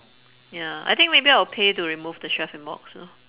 ya I think maybe I'll pay to remove the chef in box lor